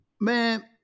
Man